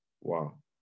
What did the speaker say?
Wow